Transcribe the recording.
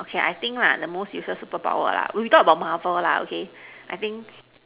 okay I think lah the most useless superpower lah we talk about Marvel lah okay I think